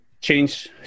change